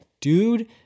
Dude